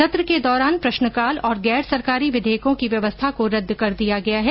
सत्र के दौरान प्रश्नकाल और गैर सरकारी विधेयकों की व्यवस्था को रद्द कर दिया गया है